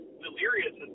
delirious